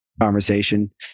conversation